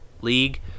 league